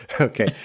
Okay